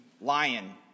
lion